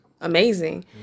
amazing